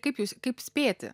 kaip jūs kaip spėti